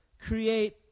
create